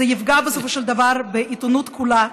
זה יפגע בסופו של דבר בעיתונות כולה,